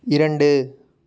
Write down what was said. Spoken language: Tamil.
இரண்டு